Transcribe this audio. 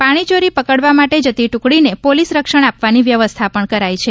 પાણીચોરી પકડવા માટે જતી ટ્રકડીને પોલીસ રક્ષણ આપવાની વ્યવસ્થા પણ કરાઇ છે